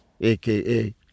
aka